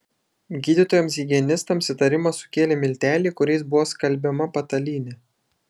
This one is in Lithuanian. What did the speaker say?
gydytojams higienistams įtarimą sukėlė milteliai kuriais buvo skalbiama patalynė